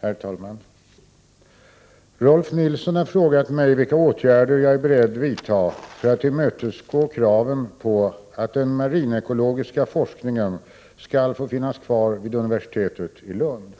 Herr talman! Rolf L Nilson har frågat mig vilka åtgärder jag är beredd vidta för att tillmötesgå kraven på att den marinekologiska forskningen skall få finnas kvar vid universitetet i Lund.